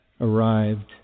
arrived